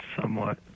somewhat